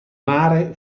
mare